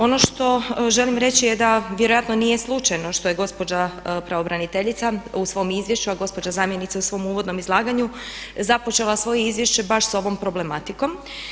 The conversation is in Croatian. Ono što želim reći je da vjerojatno nije slučajno što je gospođa pravobraniteljica u svom izvješću, a gospođa zamjenica u svom uvodnom izlaganju započela svoje izvješće baš s ovom problematikom.